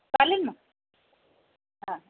चालेल नं हा